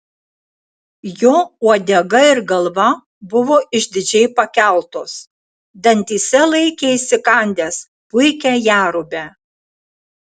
jo uodega ir galva buvo išdidžiai pakeltos dantyse laikė įsikandęs puikią jerubę